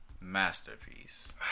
masterpiece